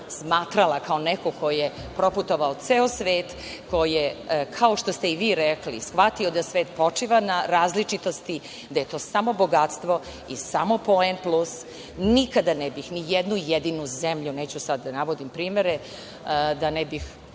smatrala kao neko ko je proputovao ceo svet, ko je, kao što ste i vi rekli shvatio da svet počiva na različitosti, da je to samo bogatstvo i samo poen plus, nikada ne bih ni jednu jedinu zemlju, neću sada da navodim primere da ne bih